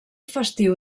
festiu